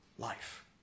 Life